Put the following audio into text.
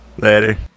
Later